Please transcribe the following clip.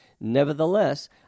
Nevertheless